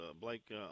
Blake